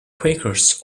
quakers